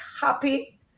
happy